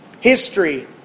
History